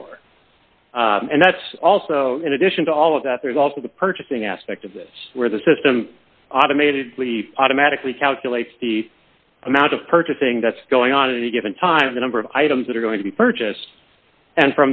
store and that's also in addition to all of that there's also the purchasing aspect of this where the system automated automatically calculates the amount of purchasing that's going on at any given time the number of items that are going to be purchased and